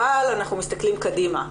אבל אנחנו מסתכלים קדימה.